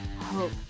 hope